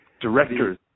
directors